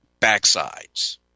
backsides